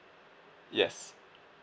yes